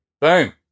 boom